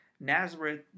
Nazareth